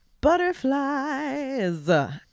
butterflies